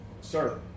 Sir